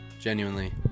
genuinely